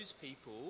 people